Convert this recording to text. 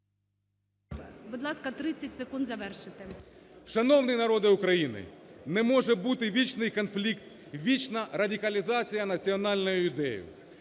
Шановний народе України, не може бути вічний конфлікт, вічна радикалізація національної ідеї.